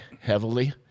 heavily